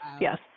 yes